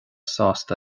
sásta